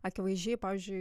akivaizdžiai pavyzdžiui